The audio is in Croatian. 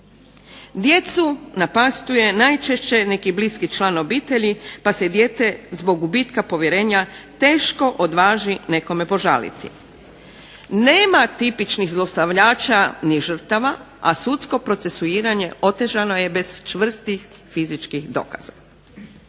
Djecu napastuje najčešće neki bliski član obitelji pa se dijete zbog gubitka povjerenja teško odvaži nekome požaliti. Nema tipičnih zlostavljača ni žrtava, a sudsko procesuiranje otežano je bez čvrstih fizičkih dokaza.